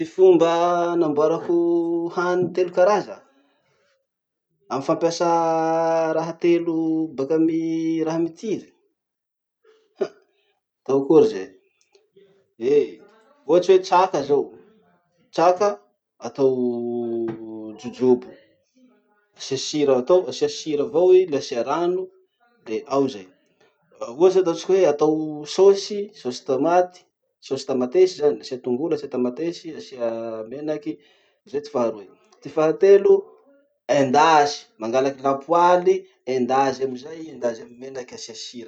Ty fomba hanamboarako hany telo karaza amy fampiasà raha telo baka amy raha mitiry? Huh, atao akory zay! Eh ohatsy hoe traka zao, traka atao jojobo. Asia sira atao asia sira avao i le asia rano de ao zay. Ohatsy ataotsika hoe atao sôsy, sôsy tomaty sôsy tamatesy zany, asia tongolo asia tamatesy asia menaky, zay ty faharoe. Ty fahatelo, endasy. Mangalaky lapoaly, endazy amizay i endazy amy menaky asia sira.